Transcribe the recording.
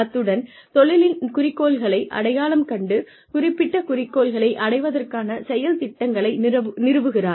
அத்துடன் தொழிலின் குறிக்கோள்களை அடையாளம் கண்டு குறிப்பிட்ட குறிக்கோள்களை அடைவதற்கான செயல் திட்டங்களை நிறுவுகிறார்